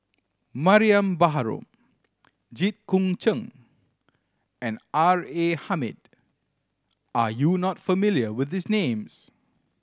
Mariam Baharom Jit Koon Ch'ng and R A Hamid are you not familiar with these names